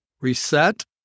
reset